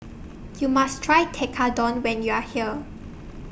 YOU must Try Tekkadon when YOU Are here